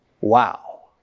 Wow